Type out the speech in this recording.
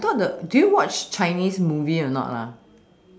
I thought the do you watch chinese movies or not